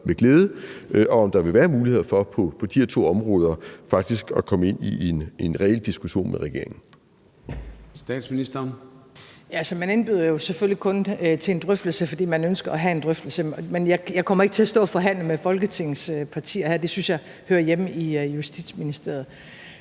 med glæde, og om der vil være en mulighed for på de her to områder faktisk at komme ind i en reel diskussion med regeringen. Kl. 14:15 Formanden (Søren Gade): Statsministeren. Kl. 14:15 Statsministeren (Mette Frederiksen): Altså, man indbyder jo selvfølgelig kun til en drøftelse, fordi man ønsker at have en drøftelse. Men jeg kommer ikke til at stå og forhandle med Folketingets partier her. Det synes jeg hører hjemme i Justitsministeriet.